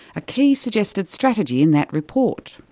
a key suggested strategy in that report.